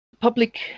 public